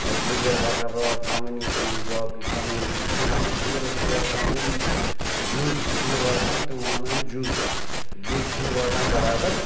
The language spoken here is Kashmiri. مطلب گُجَر بَکروال کَمٕنِٹی باقٕے کَمٕنِٹی چھِ یِمَن نہٕ پوٗرٕ چھِ واتان یِم جُز چھِنہٕ واتان تِمَن وَنان جُز جُز چھِنہٕ واتان بَرابَر